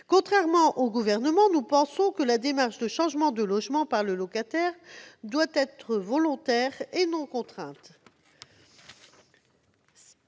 Contrairement au Gouvernement, nous pensons que la démarche de changement de logement par le locataire doit être volontaire et non contrainte.